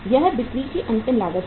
यह बिक्री की अंतिम लागत है